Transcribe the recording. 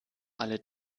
alle